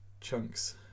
chunks